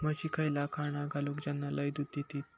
म्हशीक खयला खाणा घालू ज्याना लय दूध देतीत?